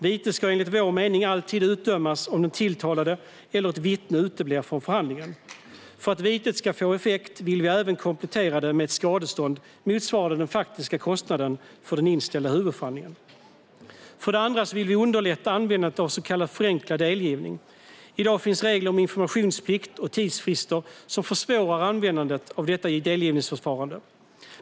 Vite ska enligt vår mening alltid utdömas om den tilltalade eller ett vittne uteblir från förhandlingen. För att vitet ska få effekt vill vi även komplettera det med ett skadestånd motsvarande den faktiska kostnaden för den inställda huvudförhandlingen. För det andra vill vi underlätta användandet av så kallad förenklad delgivning. I dag finns regler om informationsplikt och tidsfrister som försvårar användandet av detta delgivningsförfarande.